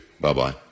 Bye-bye